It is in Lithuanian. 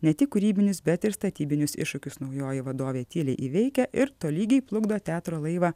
ne tik kūrybinius bet ir statybinius iššūkius naujoji vadovė tyliai įveikia ir tolygiai plukdo teatro laivą